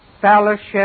fellowship